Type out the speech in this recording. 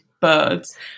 Birds